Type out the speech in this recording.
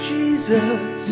Jesus